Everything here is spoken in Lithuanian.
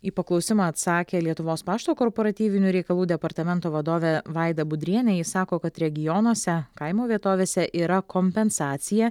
į paklausimą atsakė lietuvos pašto korporatyvinių reikalų departamento vadovė vaida budrienė ji sako kad regionuose kaimo vietovėse yra kompensacija